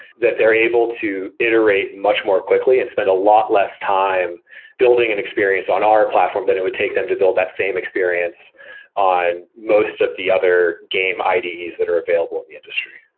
that they are able to iterate much more quickly and spend a lot less time building and experience on our platform than it would take them to build that same experience on most of the other game ides that are available in the industry